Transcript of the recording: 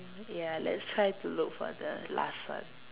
ya let's try to look for the last one